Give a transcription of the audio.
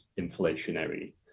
inflationary